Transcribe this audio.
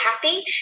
happy